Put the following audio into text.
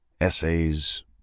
essays